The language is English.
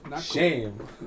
Shame